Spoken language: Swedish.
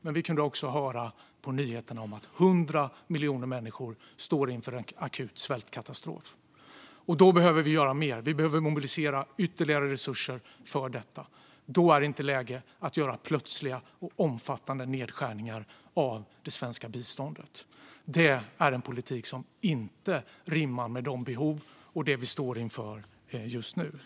Men vi har också kunnat höra på nyheterna att 100 miljoner människor står inför en akut svältkatastrof. Då behöver vi göra mer. Vi behöver mobilisera ytterligare resurser för detta. Då är det inte läge att göra plötsliga och omfattande nedskärningar i det svenska biståndet. Det är en politik som inte rimmar med de behov vi står inför just nu.